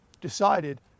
decided